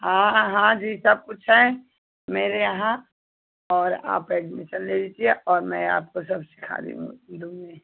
हाँ हाँ जी सब कुछ है मेरे यहाँ और आप एडमीसन ले लीजिए और मैं आपको सब सिखा रही हूँ दूँगी